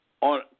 on